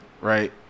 Right